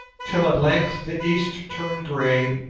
till at length the east turned grey,